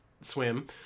swim